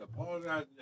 apologize